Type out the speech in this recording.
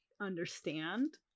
understand